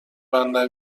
بندر